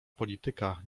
polityka